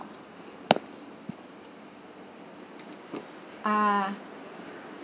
uh